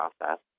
process